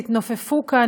התנופפו כאן,